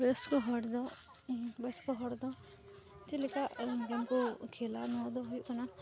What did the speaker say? ᱵᱚᱭᱚᱥᱠᱚ ᱦᱚᱲᱫᱚ ᱵᱚᱭᱚᱥᱠᱚ ᱦᱚᱲᱫᱚ ᱪᱮᱫᱞᱮᱠᱟ ᱜᱮᱢ ᱠᱚ ᱠᱷᱮᱞᱟ ᱱᱚᱣᱟᱫᱚ ᱦᱩᱭᱩᱜ ᱠᱟᱱᱟ